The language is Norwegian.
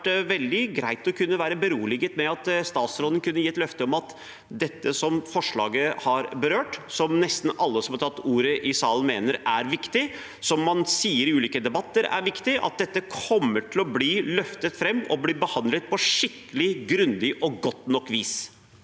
det hadde vært veldig greit å kunne bli beroliget ved at statsråden kunne gi et løfte om at det som forslaget berører, som nesten alle som har tatt ordet i salen, mener er viktig, og som man i ulike debatter sier er viktig, kommer til å bli løftet fram og behandlet på skikkelig, grundig og godt nok vis.